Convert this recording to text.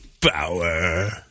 power